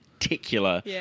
particular